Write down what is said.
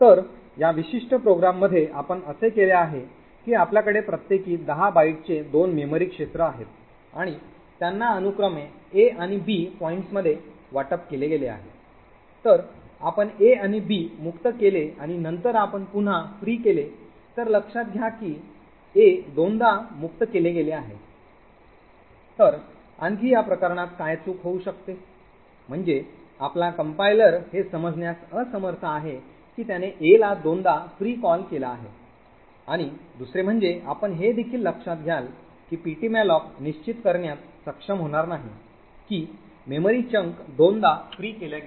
तर या विशिष्ट प्रोग्राममध्ये आपण असे केले आहे की आपल्याकडे प्रत्येकी १० बाइटचे दोन मेमरी क्षेत्र आहेत आणि त्यांना अनुक्रमे a आणि b पॉईंट्स मध्ये वाटप केले गेले आहे तर आपण a आणि b मुक्त केले आणि नंतर आपण पुन्हा फ्रीड केले तर लक्षात घ्या की a दोनदा मुक्त केले गेले आहे तर आणखी या प्रकरणात काय चुकू शकते म्हणजे आपला कंपाईलर हे समजण्यास असमर्थ आहे कि त्याने a ला दोनदा free कॉल केला आहे आणि दुसरे म्हणजे आपण हे देखील लक्षात घ्याल की ptmalloc निश्चित करण्यात सक्षम होणार नाही कि मेमरी चंक दोनदा free केल्या गेले